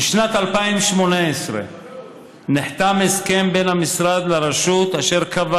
בשנת 2018 נחתם הסכם בין המשרד לרשות אשר קבע